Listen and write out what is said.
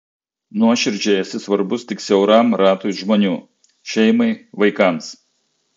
nuoširdžiai esi svarbus tik siauram ratui žmonių šeimai vaikams